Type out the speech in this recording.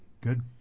good